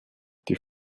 die